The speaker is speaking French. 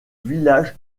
village